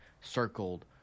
circled